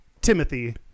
Timothy